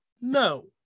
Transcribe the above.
no